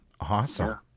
Awesome